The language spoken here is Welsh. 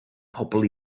pobl